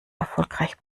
erfolgreich